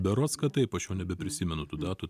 berods kad taip aš jau nebeprisimenu tų datų